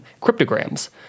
Cryptograms